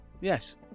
Yes